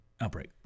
outbreak